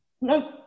No